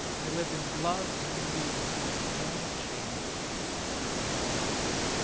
and they lived in love and unity and peace and no one was ashamed and no one was afraid.